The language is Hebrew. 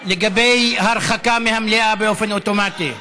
לגבי הרחקה מהמליאה באופן אוטומטי.